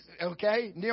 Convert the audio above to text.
okay